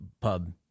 pub